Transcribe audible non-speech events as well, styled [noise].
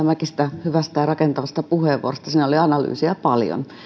[unintelligible] mäkistä hyvästä ja rakentavasta puheenvuorosta siinä oli analyysiä paljon